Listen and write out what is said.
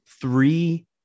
three